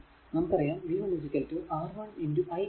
നമുക്കറിയാം v 1 R1 i ആണ്